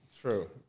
True